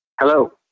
Hello